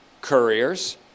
couriers